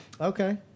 Okay